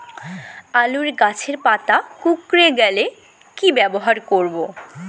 আলুর গাছের পাতা কুকরে গেলে কি ব্যবহার করব?